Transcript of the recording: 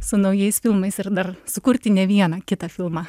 su naujais filmais ir dar sukurti ne vieną kitą filmą